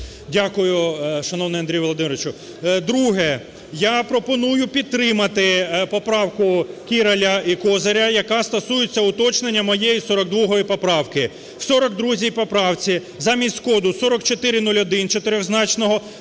Дякую, шановний Андрію Володимировичу. Друге. Я пропоную підтримати поправку Кіраля і Козиря, яка стосується уточнення моєї 42 поправки. В 42 поправці замість коду 4401 чотиризначного